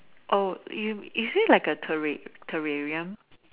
oh is is it like a terra~ terrarium